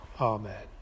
Amen